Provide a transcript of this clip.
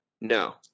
No